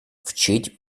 вчить